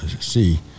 See